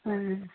اۭں